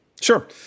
Sure